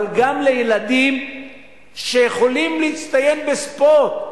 אבל גם לילדים שיכולים להצטיין בספורט.